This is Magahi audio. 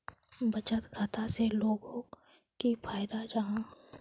बचत खाता से लोगोक की फायदा जाहा?